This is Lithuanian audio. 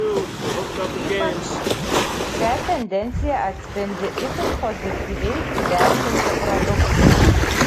ypač šią tendenciją atspindi itin pozityviai įvertinti produktai